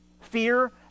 fear